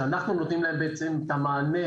שאנחנו נותנים להם בעצם את המענה.